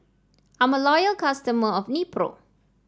I'm a loyal customer of Nepro